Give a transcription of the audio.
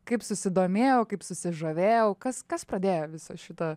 kaip susidomėjau kaip susižavėjau kas kas pradėjo visą šitą